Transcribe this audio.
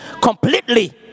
completely